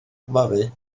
fory